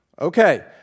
Okay